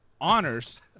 honors